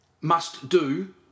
must-do